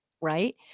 right